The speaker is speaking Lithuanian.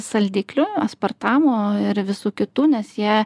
saldiklių aspartamo ir visų kitų nes jie